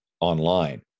online